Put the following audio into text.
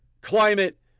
climate